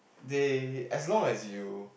they as long as you